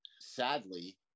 Sadly